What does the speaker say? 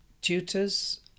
tutors